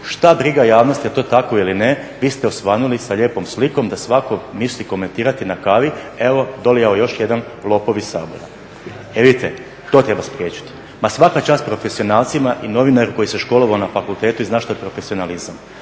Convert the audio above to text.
Šta briga javnosti jeli to tako ili ne vi ste osvanuli sa lijepom slikom da svako misli komentirati na kavi evo dolijao još jedan lopov iz Sabora. Evo vidite, to treba spriječiti. Ma svaka čast profesionalcima i novinaru koji se školovao na fakultetu i zna šta je profesionalizam.